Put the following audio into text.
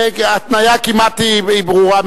ההתניה היא כמעט, היא ברורה.